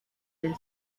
del